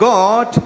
God